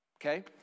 okay